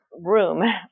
room